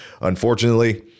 Unfortunately